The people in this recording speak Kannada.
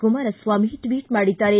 ಕುಮಾರಸ್ವಾಮಿ ಟ್ವಿಟ್ ಮಾಡಿದ್ದಾರೆ